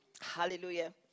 Hallelujah